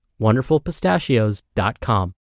wonderfulpistachios.com